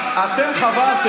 תסביר לי איך.